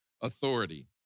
authority